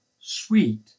sweet